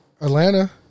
Atlanta